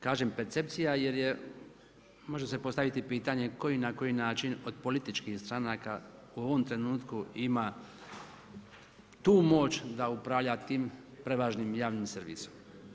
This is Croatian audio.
Kažem percepcija jer je, može se postaviti pitanje na koji način od političkih stranaka u ovom trenutku ima tu moć da upravlja tim prevažnim javnim servisom.